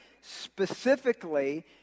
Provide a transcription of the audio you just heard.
specifically